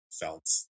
felt